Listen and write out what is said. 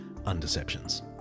Undeceptions